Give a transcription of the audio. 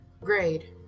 grade